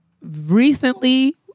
recently